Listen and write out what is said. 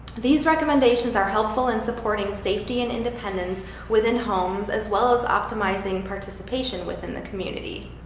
these recommendations are helpful in supporting safety and independence within homes as well as optimizing participation within the community.